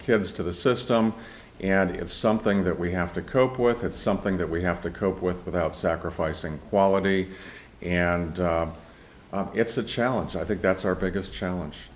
kids to the system and it's something that we have to cope with it's something that we have to cope with without sacrificing quality and it's a challenge i think that's our biggest challenge